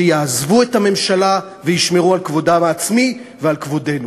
שיעזבו את הממשלה וישמרו על כבודם העצמי ועל כבודנו.